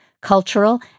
cultural